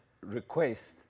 request